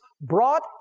brought